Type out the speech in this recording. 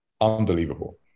unbelievable